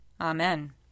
Amen